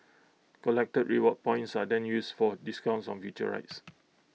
collected reward points are then used for discounts on future rides